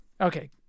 Okay